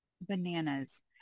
Bananas